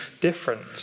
different